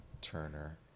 Turner